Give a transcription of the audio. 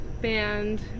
band